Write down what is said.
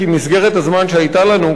כי מסגרת הזמן שהיתה לנו,